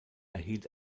erhielt